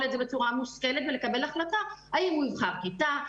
את זה שוב בצורה מושכלת ולקבל החלטה האם הוא יבחר כיתה,